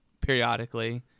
periodically